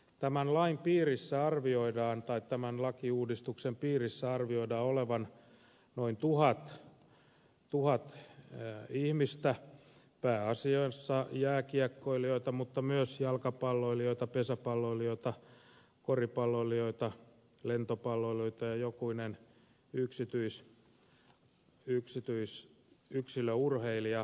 tämän lakiuudistuksen piirissä arvioidaan olevan noin tuhat ihmistä pääasiassa jääkiekkoilijoita mutta myös jalkapalloilijoita pesäpalloilijoita koripalloilijoita lentopalloilijoita ja jokunen yksilöurheilija myöskin